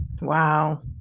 Wow